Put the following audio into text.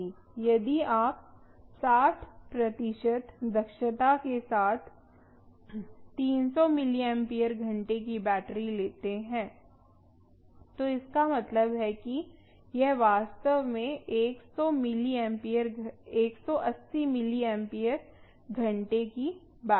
यदि आप 60 प्रतिशत दक्षता के साथ 300 मिलिम्पियर घंटे की बैटरी लेते हैं तो इसका मतलब है कि यह वास्तव में 180 मिलिम्पियर घंटे की बैटरी है